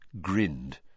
grinned